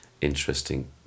interesting